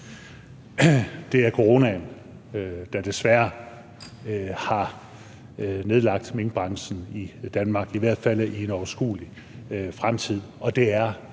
Det er coronaen, der desværre har nedlagt minkbranchen i Danmark – i hvert fald i en overskuelig fremtid